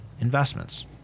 investments